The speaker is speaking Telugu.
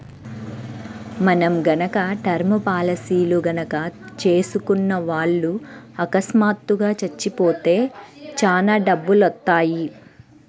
మనం గనక టర్మ్ పాలసీలు గనక చేసుకున్న వాళ్ళు అకస్మాత్తుగా చచ్చిపోతే చానా డబ్బులొత్తయ్యి